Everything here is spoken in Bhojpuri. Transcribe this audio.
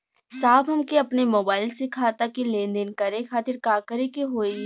साहब हमके अपने मोबाइल से खाता के लेनदेन करे खातिर का करे के होई?